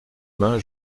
main